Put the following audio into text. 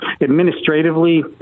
Administratively